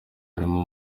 harimo